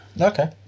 Okay